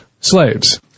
slaves